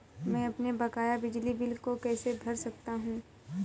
मैं अपने बकाया बिजली बिल को कैसे भर सकता हूँ?